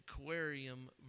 aquarium